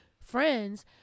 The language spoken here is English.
friends